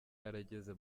yarageze